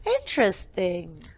Interesting